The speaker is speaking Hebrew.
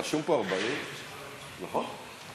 רשום פה 40, נכון?